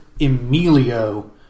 Emilio